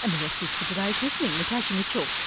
and the rest is for today's listening. natasha mitchell,